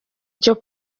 cyo